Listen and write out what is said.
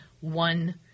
one